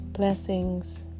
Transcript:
Blessings